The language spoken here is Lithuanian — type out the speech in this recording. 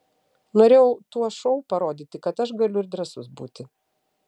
norėjau tuo šou parodyti kad aš galiu ir drąsus būti